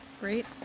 Great